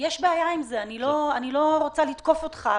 אני לא רוצה לתקוף אותך,